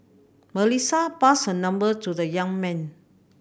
Melissa passed her number to the young man